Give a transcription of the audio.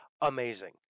amazing